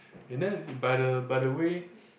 and then by the by the way